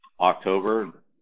October